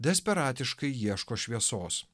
desperatiškai ieško šviesos